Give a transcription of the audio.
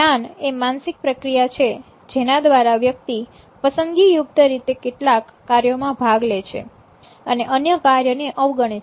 ધ્યાન એ માનસિક પ્રક્રિયા છે જેના દ્વારા વ્યક્તિ પસંદગીયુક્ત રીતે કેટલાક કાર્યોમાં ભાગ લે છે અને અન્ય કાર્ય ને અવગણે છે